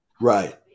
Right